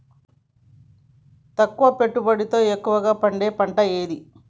తక్కువ పెట్టుబడితో ఎక్కువగా పండే పంట ఏది?